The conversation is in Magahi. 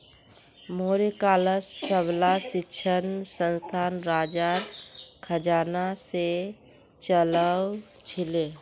मौर्य कालत सबला शिक्षणसंस्थान राजार खजाना से चलअ छीले